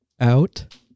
out